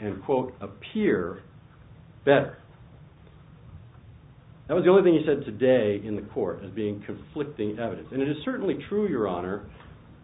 and quote appear that i was the only thing you said today in the court as being conflicting evidence and it is certainly true your honor